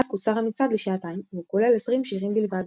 אז קוצר המצעד לשעתיים והוא כולל 20 שירים בלבד.